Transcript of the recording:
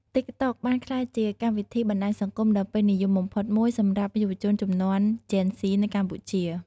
តិកតុកបានក្លាយជាកម្មវិធីបណ្ដាញសង្គមដ៏ពេញនិយមបំផុតមួយសម្រាប់យុវជនជំនាន់ជេនហ្ស៊ីនៅកម្ពុជា។